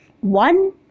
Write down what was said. One